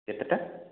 କେତେଟା